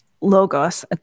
logos